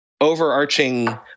overarching